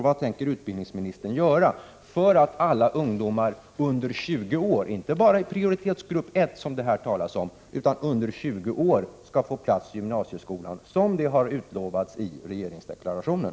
Vad tänker utbildningsministern göra för att alla ungdomar under 20 år — inte bara i prioritetsgrupp 1, som det här talas om — skall få plats i gymnasieskolan, vilket har utlovats i regeringsdeklarationen?